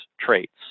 traits